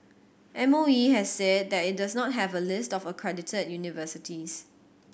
M O E has said that it does not have a list of accredited universities